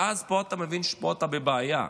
ואז אתה מבין שפה אתה בבעיה,